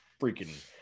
freaking